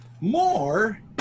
More